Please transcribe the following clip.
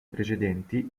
precedenti